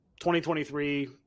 2023